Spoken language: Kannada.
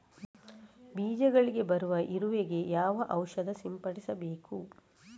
ಬೀಜಗಳಿಗೆ ಬರುವ ಇರುವೆ ಗೆ ಯಾವ ಔಷಧ ಸಿಂಪಡಿಸಬೇಕು?